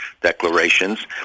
declarations